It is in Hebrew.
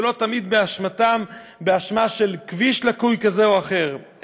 ולא תמיד באשמה של כביש לקוי כזה או אחר,